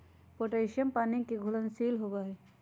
potassium पानी के घुलनशील होबा हई